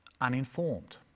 uninformed